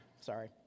Sorry